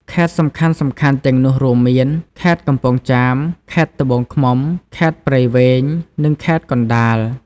ខេត្តសំខាន់ៗទាំងនោះរួមមាន ខេត្តកំពង់ចាម ខេត្តត្បូងឃ្មុំ ខេត្តព្រៃវែង និងខេត្តកណ្ដាល។